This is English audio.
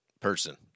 person